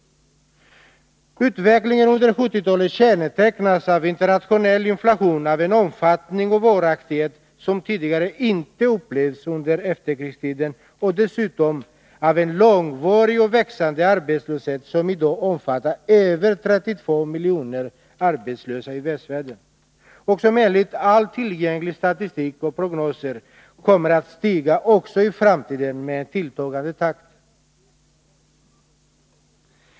Utvecklingen under 1970-talet kännetecknas av internationell inflation av en omfattning och varaktighet som tidigare inte upplevts under efterkrigstiden och dessutom av en långvarig och växande arbetslöshet, som i dag omfattar över 32 miljoner människor i västvärlden och som enligt tillgänglig statistik och prognoser kommer att stiga också i framtiden med en tilltagande takt.